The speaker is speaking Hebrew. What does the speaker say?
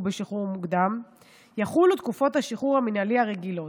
בשחרור מוקדם יחולו תקופות השחרור המינהלי הרגילות.